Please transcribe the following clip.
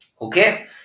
Okay